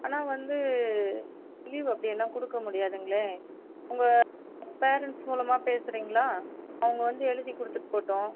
ஆனால் வந்து லீவ் அப்படி எல்லாம் கொடுக்க முடியாதுங்களே உங்கள் பேரண்ட்ஸ் மூலமாக பேசுகிறீங்ளா அவங்க வந்து எழுதி கொடுத்துட்டு போகட்டும்